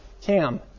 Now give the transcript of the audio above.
Cam